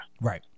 Right